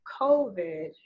COVID